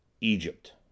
egypt